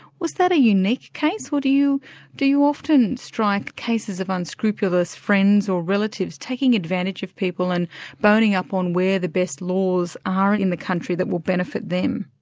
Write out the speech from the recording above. was that a unique case, or do you do you often strike cases of unscrupulous friends or relatives taking advantage of people and boning up on where the best laws are in the country that will benefit them?